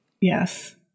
Yes